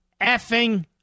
effing